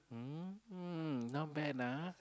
mmhmm not bad ah